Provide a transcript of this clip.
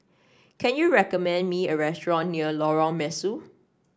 can you recommend me a restaurant near Lorong Mesu